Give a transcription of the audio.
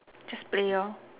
just play lor